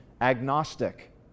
agnostic